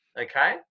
Okay